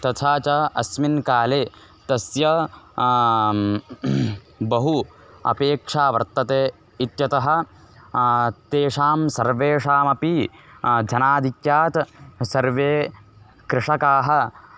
तथा च अस्मिन् काले तस्य बहु अपेक्षा वर्तते इत्यतः तेषां सर्वेषामपि जनाधिक्यात् सर्वे कृषकाः